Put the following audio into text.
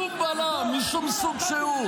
שום בלם משום סוג שהוא.